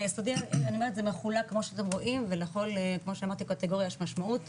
אני אומרת ביסודי זה מחולק כמו שאתם רואים ולכל קטגוריה יש משמעות,